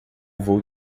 vou